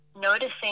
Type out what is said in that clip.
noticing